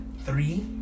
three